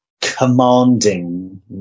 commanding